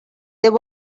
there